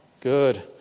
Good